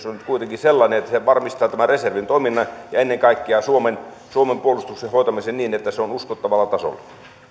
on nyt kuitenkin sellainen että se varmistaa tämän reservin toiminnan ja ennen kaikkea suomen suomen puolustuksen hoitamisen niin että se on uskottavalla tasolla